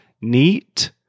Neat